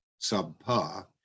subpar